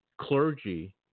clergy